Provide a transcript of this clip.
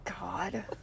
God